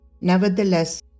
Nevertheless